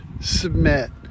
submit